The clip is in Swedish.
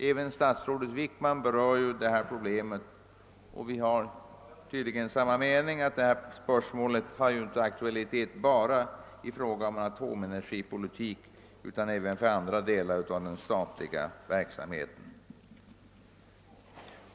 Även statsrådet Wickman berör detta problem och har tydligen samma uppfattning som vi, nämligen att det inte bara har aktualitet i fråga om atomenergipolitiken utan även för andra delar av den statliga verksamheten.